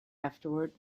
afterward